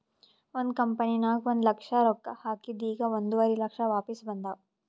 ಒಂದ್ ಕಂಪನಿನಾಗ್ ಒಂದ್ ಲಕ್ಷ ರೊಕ್ಕಾ ಹಾಕಿದ್ ಈಗ್ ಒಂದುವರಿ ಲಕ್ಷ ವಾಪಿಸ್ ಬಂದಾವ್